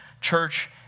church